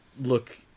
look